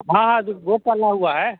हाँ हाँ जो बोर्ड टंगा हुआ है